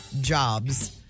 jobs